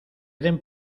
den